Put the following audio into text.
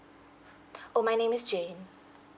oh my name is jane